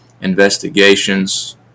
investigations